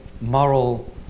moral